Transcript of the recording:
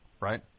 Right